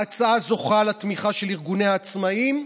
ההצעה זוכה לתמיכה של ארגוני העצמאים.